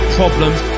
problems